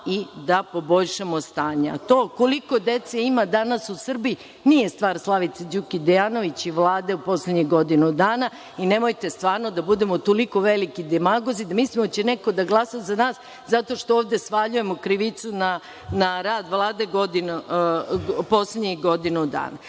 da poboljšamo stanje.A to koliko dece ima danas u Srbiji, nije stvar Slavice Đukić Dejanović i Vlade u poslednjih godinu dana i nemojte stvarno da budemo toliko veliki demagozi da mislimo da će neko da glasa za nas zato što ovde svaljujemo krivicu na rad Vlade poslednjih godinu dana. Mene